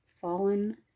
fallen